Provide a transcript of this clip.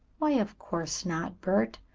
why, of course not, bert.